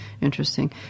Interesting